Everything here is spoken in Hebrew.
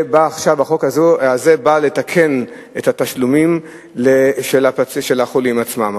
החוק הזה בא לתקן את התשלומים של החולים עצמם.